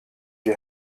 die